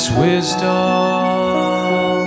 wisdom